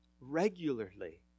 Regularly